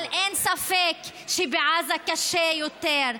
אבל אין ספק שבעזה קשה יותר.